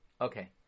Okay